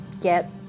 get